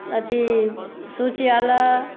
अथी शौचालय